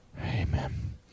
amen